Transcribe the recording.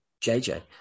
JJ